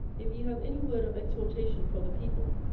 if ye have any word of exhortation for the people,